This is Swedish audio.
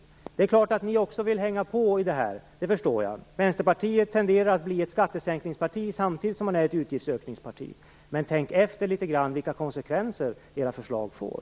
Jag förstår att Vänsterpartiet också vill hänga på här, eftersom det tenderar att bli ett bli ett skattesänkningsparti samtidigt som det är ett utgiftsökningsparti. Men tänk efter litet grand vilka konsekvenser förslagen får!